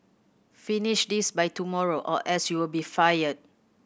finish this by tomorrow or else you'll be fired